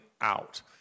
out